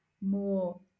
more